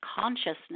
consciousness